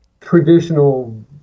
traditional